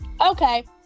Okay